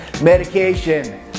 medication